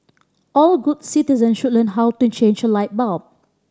all good citizens should learn how to change a light bulb